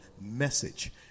message